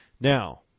Now